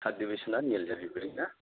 थार्द डिभिसना निल जाहैबाय आरो ना